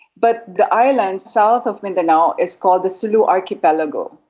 but the islands south of mindanao is called the sulu archipelago,